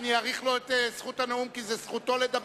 אני אאריך לו את זמן הנאום, כי זאת זכותו לדבר.